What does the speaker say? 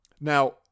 Now